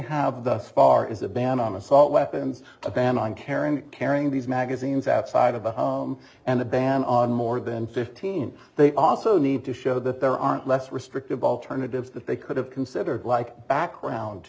have thus far is a ban on assault weapons a ban on carrying carrying these magazines outside of the home and a ban on more than fifteen they also need to show that there aren't less restrictive alternatives that they could have considered like background